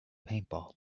paintball